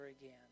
again